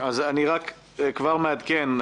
אני כבר מעדכן.